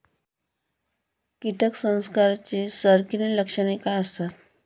कीटक संसर्गाची संकीर्ण लक्षणे काय असतात?